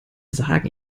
sagen